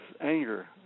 anger